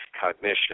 cognition